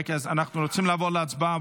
אנחנו רוצים לעבור להצבעה,